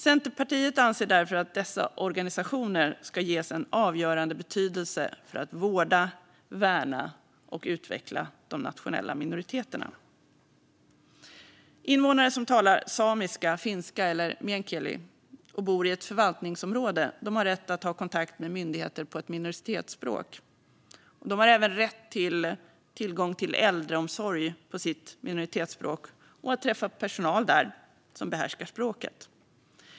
Centerpartiet anser därför att dessa organisationer ska ges en avgörande betydelse för att vårda, värna och utveckla de nationella minoriteterna. Invånare som talar samiska, finska eller meänkieli och bor i ett förvaltningsområde har rätt att ha kontakt med myndigheter på ett minoritetsspråk. De har även rätt till tillgång till äldreomsorg på sitt minoritetsspråk och till att träffa personal där som behärskar språket.